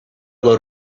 load